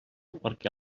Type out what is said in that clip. perquè